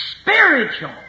spiritual